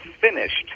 finished